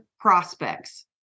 prospects